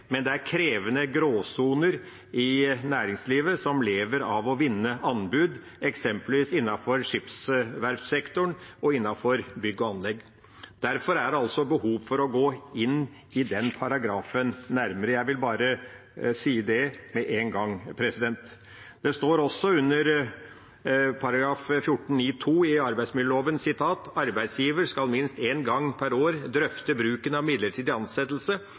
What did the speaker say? men det er krevende gråsoner i næringslivet som lever av å vinne anbud, eksempelvis innenfor skipsverftsektoren og innenfor bygg og anlegg. Derfor er det altså behov for å gå inn i den paragrafen nærmere – jeg vil bare si det med en gang. Det står også under § 14-9 andre ledd i arbeidsmiljøloven: «Arbeidsgiver skal minst en gang per år drøfte bruken av midlertidig ansettelse